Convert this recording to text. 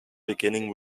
beginning